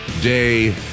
Day